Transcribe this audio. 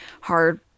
hard